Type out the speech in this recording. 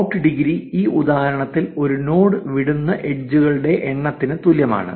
out degree ഈ ഉദാഹരണത്തിൽ ഒരു നോഡ് വിടുന്ന എഡ്ജ് കളുടെ എണ്ണത്തിന് തുല്യമാണ്